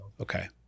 okay